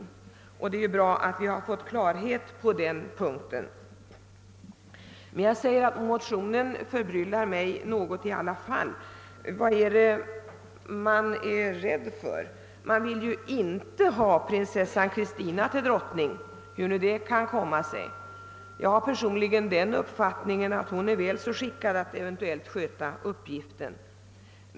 Det är ju br: att vi har fått klarhet på denna punkt Motionen förbryllar mig i alla fall nå got. Vad är man rädd för? Man vill ju inte ha prinsessan Christina till drottning — hur nu detta kan komma sig. Jag har den uppfattningen att hon är väl så skickad för den uppgiften.